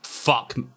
fuck